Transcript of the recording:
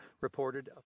reported